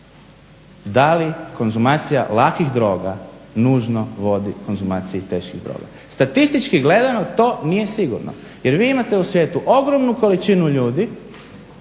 da li konzumacija lakih droga nužno vodi konzumaciji teških droga. Statistički gledano to nije sigurno. Jer vi imate u svijetu ogromnu količinu ljudi